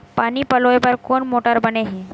पानी पलोय बर कोन मोटर बने हे?